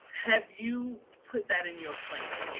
have you put that in your plan?